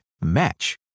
match